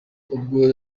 ubwo